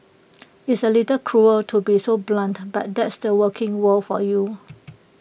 it's A little cruel to be so blunt but that's the working world for you